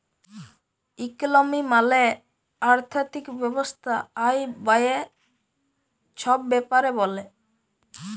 ইকলমি মালে আথ্থিক ব্যবস্থা আয়, ব্যায়ে ছব ব্যাপারে ব্যলে